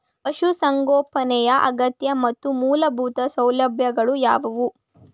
ಪಶುಸಂಗೋಪನೆಯ ಅಗತ್ಯ ಮತ್ತು ಮೂಲಭೂತ ಸೌಲಭ್ಯಗಳು ಯಾವುವು?